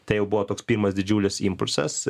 tai jau buvo toks pirmas didžiulis impulsas